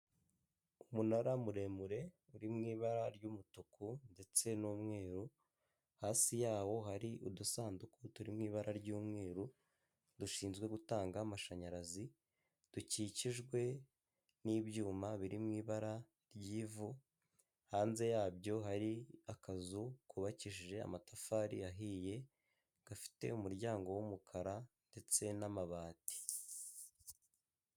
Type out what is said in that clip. Umunara muremure uri mu ibara ry'umutuku ndetse n'umweru hasi yawo hari udusanduku turi mu ibara ry'umweru dushinzwe gutanga amashanyarazi dukikijwe n'ibyuma biri mu ibara ry'ivu, hanze yabyo hari akazu kubakishije amatafari ahiye gafite umuryango w'umukara ndetse n'amabati.